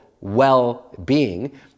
well-being